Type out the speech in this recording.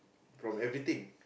from everything